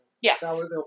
Yes